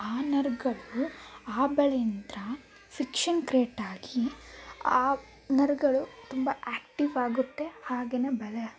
ಆ ನರಗಳು ಆ ಬಳೆಯಿಂದ ಫಿಕ್ಷನ್ ಕ್ರಿಯೇಟ್ಟಾಗಿ ಆ ನರಗಳು ತುಂಬ ಆಕ್ಟಿವ್ ಆಗುತ್ತೆ ಹಾಗೆಯೇ ಬಲ